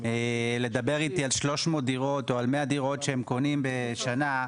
יפה, אז יש שוק פרטי חזק.